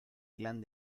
clan